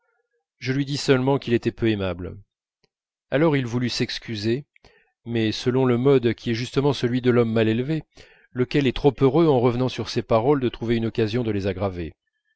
je lui dis seulement qu'il était peu aimable alors il voulut s'excuser mais selon le mode qui est justement celui de l'homme mal élevé lequel est trop heureux en revenant sur ses paroles de trouver une occasion de les aggraver